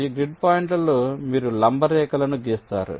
ఈ గ్రిడ్ పాయింట్లలో మీరు లంబ రేఖలను గీస్తారు